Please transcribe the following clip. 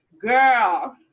girl